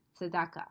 tzedakah